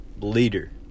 leader